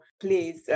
please